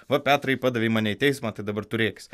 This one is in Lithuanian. va petrai padavei mane į teismą tai dabar turėkis